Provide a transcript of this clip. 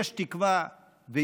יש תקווה ויש